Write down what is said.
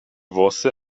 włosy